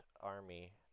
army